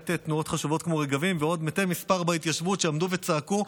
למעט תנועות חשובות כמו רגבים ועוד מתי מספר בהתיישבות שעמדו וצעקו,